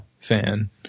fan